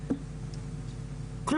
אני עושה הנחה.